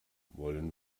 wollen